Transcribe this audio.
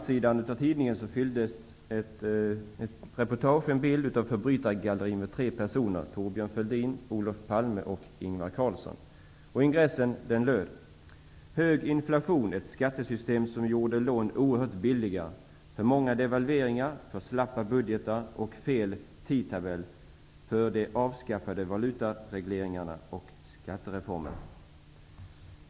Tidningens framsida fylldes av en bild på ett ''förbrytargalleri'' bestående av tre personer: Thorbjörn Fälldin, Olof Palme och ''Hög inflation, ett skattesystem som gjorde lån oerhört billiga, för många devalveringar, för slappa budgetar och fel tidtabell för de avskaffade valutaregleringarna och skattereformen''.